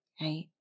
right